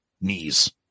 knees